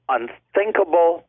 unthinkable